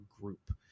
group